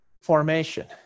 formation